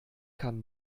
kann